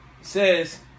says